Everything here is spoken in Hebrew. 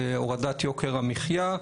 הורדת יוקר המחייה,